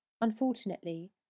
Unfortunately